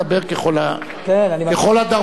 לא, לגופו של עניין דבר ככל הדרוש.